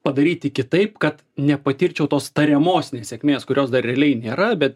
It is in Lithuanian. padaryti kitaip kad nepatirčiau tos tariamos nesėkmės kurios dar realiai nėra bet